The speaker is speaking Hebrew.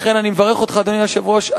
לכן, אדוני היושב-ראש,